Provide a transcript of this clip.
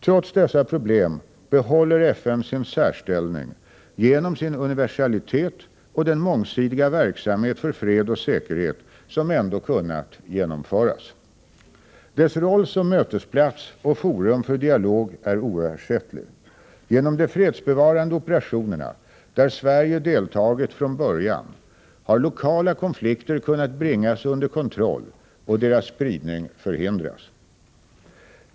Trots dessa problem behåller FN sin särställning genom sin universalitet och den mångsidiga verksamhet för fred och säkerhet som ändå kunnat genomföras. Dess roll som mötesplats och forum för dialog är oersättlig. Genom de fredsbevarande operationerna, där Sverige deltagit från början, har lokala konflikter kunnat bringas under kontroll och deras spridning förhindras.